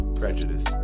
prejudice